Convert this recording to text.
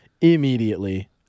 immediately